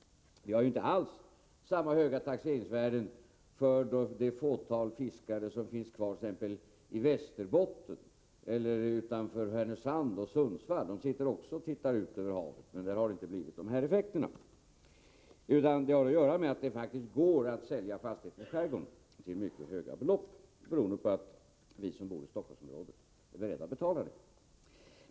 Vi har inte alls samma höga taxeringsvärden på de fastigheter som ägs av det fåtal fiskare som finns kvar i t.ex. Västerbotten. Fiskarna utanför Härnösand och Sundsvall kan också sitta och titta ut över havet, men där har det inte fått någon effekt på taxeringsvärdena. Taxeringsvärdena i Stockholms skärgård har att göra med att det faktiskt går att sälja fastigheter där till mycket höga belopp, beroende på att vi som bor i Stockholmsområdet är beredda att betala dessa summor.